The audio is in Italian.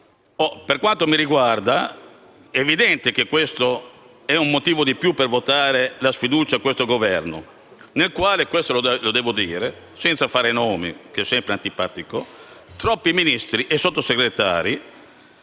Per quanto mi riguarda, è evidente che questo è un motivo in più per votare la sfiducia a questo Governo, nel quale devo dire, senza far nomi perché è sempre antipatico, troppi Ministri e Sottosegretari,